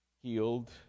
healed